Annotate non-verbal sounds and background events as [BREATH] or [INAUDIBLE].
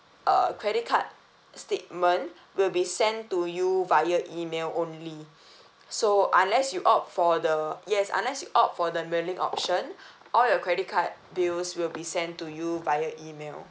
uh credit card statement will be sent to you via email only so unless you out for the yes unless you opt for the mailing option [BREATH] all your credit card bills will be sent to you via email